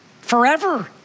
forever